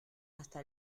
hasta